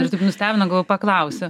ir taip nustebino galvoju paklausiu